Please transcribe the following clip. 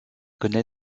connaît